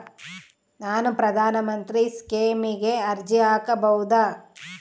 ನಾನು ಪ್ರಧಾನ ಮಂತ್ರಿ ಸ್ಕೇಮಿಗೆ ಅರ್ಜಿ ಹಾಕಬಹುದಾ?